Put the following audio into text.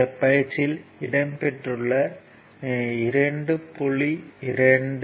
இந்த பயிற்சியில் இடம் பெற்றுள்ள 2